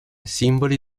simboli